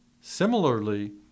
Similarly